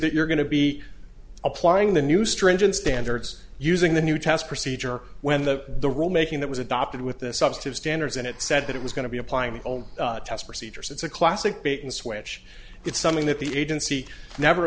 that you're going to be applying the new stringent standards using the new test procedure when the the rule making that was adopted with this subject of standards and it said that it was going to be applying the own test procedures it's a classic bait and switch it's something that the agency never